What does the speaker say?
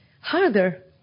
harder